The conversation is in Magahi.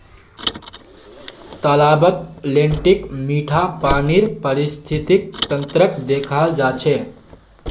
तालाबत लेन्टीक मीठा पानीर पारिस्थितिक तंत्रक देखाल जा छे